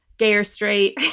gay or straight?